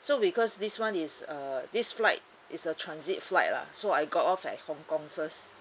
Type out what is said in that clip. so because this one is uh this flight is a transit flight lah so I got off at hong kong first